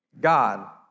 God